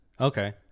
Okay